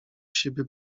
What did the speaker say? siebie